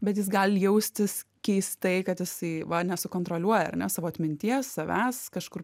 bet jis gali jaustis keistai kad jisai va nesukontroliuoja ar ne savo atminties savęs kažkur